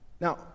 Now